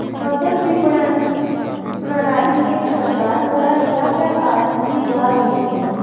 फसल विपणन प्रणाली में सरकार द्वारा क्या क्या कार्य किए जा रहे हैं?